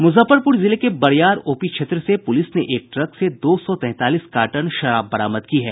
मुजफ्फरपुर जिले के बरियार ओपी क्षेत्र से पुलिस ने एक ट्रक से दो सौ तैंतालीस कार्टन शराब बरामद की है